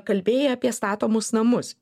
kalbėjai apie statomus namus